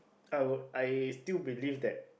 I would I still believe that